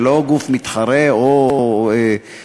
ולא גוף מתחרה או במקום,